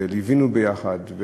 וליווינו ביחד,